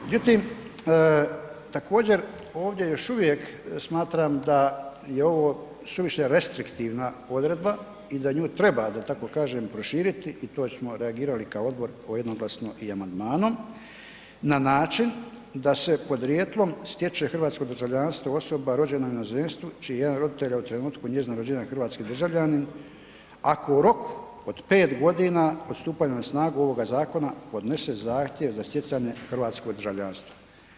Međutim, također ovdje još uvijek smatram da je ovo suviše restriktivna odredba i da nju treba da tako kažem proširiti i to smo reagirali kao odbor jednoglasno i amandmanom, na način da se podrijetlom stječe hrvatsko državljanstvo osoba rođena u inozemstvu čiji jedan roditelj u trenutku njezina rođenja hrvatski državljanin ako u roku od 5 godina od stupanja na snagu ovoga zakona podnese zahtjev za stjecanje hrvatskog državljanstva.